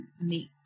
meet